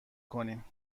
کنیم